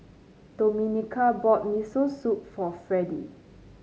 Domenica bought Miso Soup for Fredy